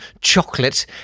chocolate